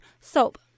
soap